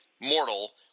mortal